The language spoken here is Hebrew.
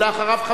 ואחריו,